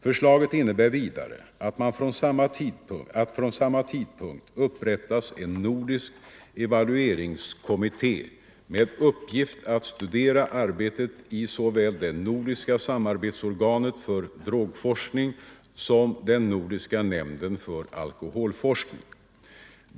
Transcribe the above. Förslaget innebär vidare att från samma tid upprättas en nordisk evalueringskommitté med uppgift att studera arbetet i såväl det nordiska samarbetsorganet för drogforskning som den nordiska nämnden för alkoholforskning.